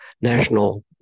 national